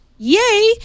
Yay